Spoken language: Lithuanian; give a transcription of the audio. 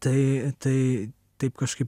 tai tai taip kažkaip